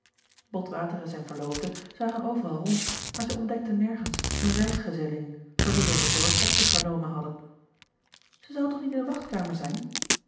botwater en zijne verloofde zagen overal rond maar zij ontdekten nergens hunne reisgezellin voor wie zij de zorg op zich genomen hadden zij zal toch niet in de wachtkamer zijn